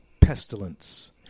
pestilence